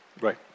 Right